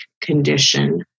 condition